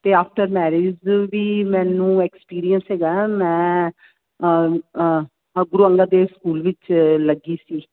ਅਤੇ after marriage ਵੀ ਮੈਨੂੰ ਐਕਸਪੀਰੀਅੰਸ ਸੀਗਾ ਮੈਂ ਗੁਰੂ ਅੰਗਦ ਦੇਵ ਸਕੂਲ ਵਿੱਚ ਲੱਗੀ ਸੀ